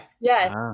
yes